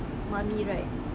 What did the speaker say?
mummy ride